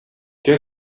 che